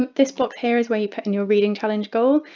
this box here is where you put in your reading challenge goal.